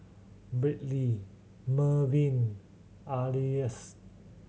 Briley Mervin Alyce